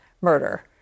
murder